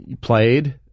played